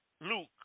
Luke